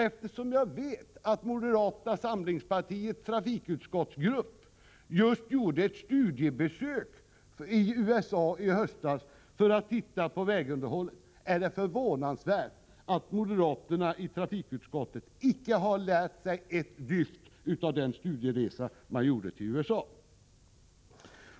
Eftersom jag vet att moderata samlingspartiets trafikutskottsgrupp gjorde ett studiebesök just i USA i höstas för att titta på vägunderhållet anser jag det förvånande att moderaterna i trafikutskottet icke har lärt sig ett dyft av denna studieresa.